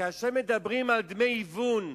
וכאשר מדברים על דמי היוון,